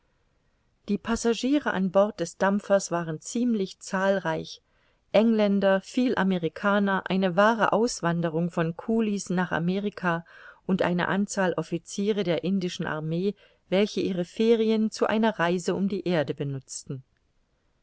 die passagiere an bord des dampfers waren ziemlich zahlreich engländer viel amerikaner eine wahre auswanderung von kulis nach amerika und eine anzahl officiere der indischen armee welche ihre ferien zu einer reise um die erde benutzten